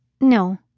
No